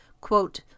quote